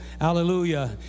Hallelujah